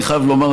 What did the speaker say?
אני חייב לומר,